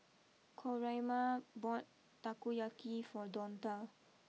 Coraima bought Takoyaki for Donta